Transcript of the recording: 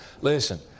Listen